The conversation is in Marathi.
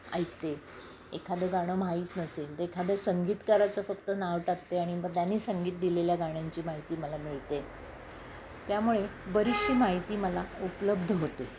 ऐकते एखादं गाणं माहीत नसेल तर एखादं संगीतकाराचं फक्त नाव टाकते आणि मग त्यानी संगीत दिलेल्या गाण्यांची माहिती मला मिळते त्यामुळे बरीचशी माहिती मला उपलब्ध होते